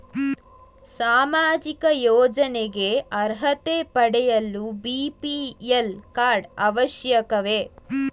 ಸಾಮಾಜಿಕ ಯೋಜನೆಗೆ ಅರ್ಹತೆ ಪಡೆಯಲು ಬಿ.ಪಿ.ಎಲ್ ಕಾರ್ಡ್ ಅವಶ್ಯಕವೇ?